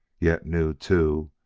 yet knew, too,